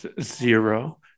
zero